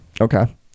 Okay